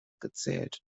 gezählt